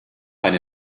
eine